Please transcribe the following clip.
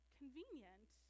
convenient